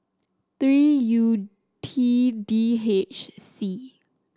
three U T D H C